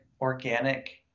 organic